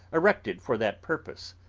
erected for that purpose.